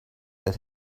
that